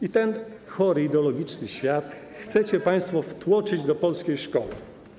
I ten chory ideologiczny świat chcecie państwo wtłoczyć do polskiej szkoły.